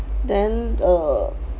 then err